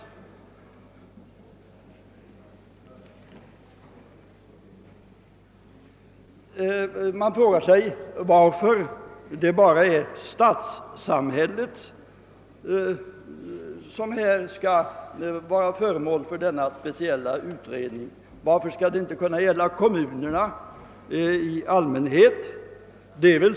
Man frågar sig varför det bara är stadssamhället som skall bli föremål för denna utredning. Varför skall det inte kunna gälla kommunerna i allmänhet?